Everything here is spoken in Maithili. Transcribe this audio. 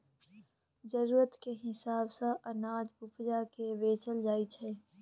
जरुरत केर हिसाब सँ अनाज उपजा केँ बेचल जाइ छै